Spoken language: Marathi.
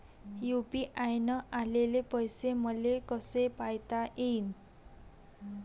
यू.पी.आय न आलेले पैसे मले कसे पायता येईन?